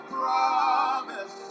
Promise